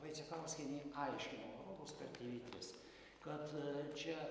vaicekauskienė aiškino rodos per tv tris kad čia